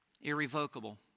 irrevocable